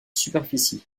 superficie